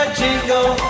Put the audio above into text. jingle